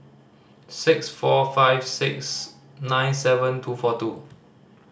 six four five six nine seven two four two